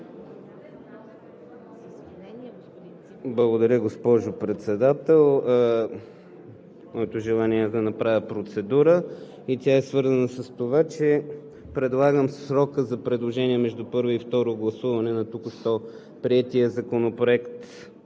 Благодаря, госпожо Председател. Моето желание е да направя процедура. И тя е свързана с това, че предлагам срокът за предложения между първо и второ гласуване на току-що приетия Законопроект